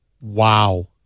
wow